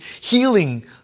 healing